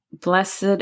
blessed